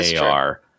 AR